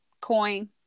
coin